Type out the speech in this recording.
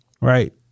Right